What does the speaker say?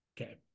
Okay